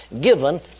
given